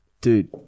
Dude